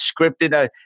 scripted